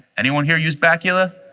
anyone here use bacula?